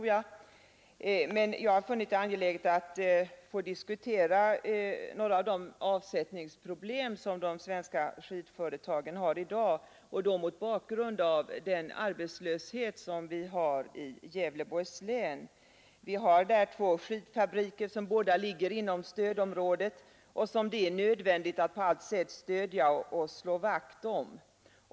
Jag har funnit det angeläget att diskutera några av de avsättningsproblem som de svenska skidföretagen har i dag, detta mot bakgrund av den rådande arbetslösheten i Gävleborgs län. Det finns där två skidfabriker, som båda ligger inom stödområdet och som det är nödvändigt att på allt sätt stödja och slå vakt om.